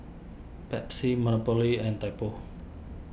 Pepsi Monopoly and Typo